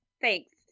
Thanks